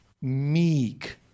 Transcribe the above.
meek